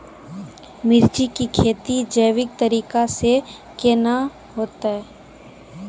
मिर्ची की खेती जैविक तरीका से के ना होते?